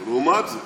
לעומת זאת,